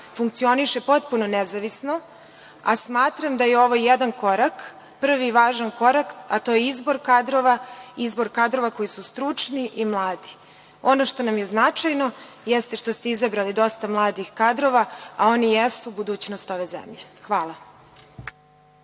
funkcioniše potpuno nezavisno, a smatram da je ovo jedan korak, prvi i važan korak, a to je izbor kadrova koji su stručni i mladi. Ono što nam je značajno jeste što ste izabrali dosta mladih kadrova, a oni jesu budućnost ove zemlje. Hvala.